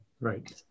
Right